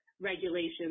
regulations